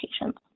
patients